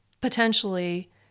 potentially